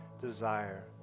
desire